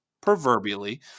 proverbially